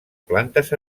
plantes